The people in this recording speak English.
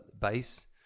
base